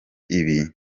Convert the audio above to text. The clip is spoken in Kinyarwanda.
ibibi